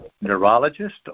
neurologist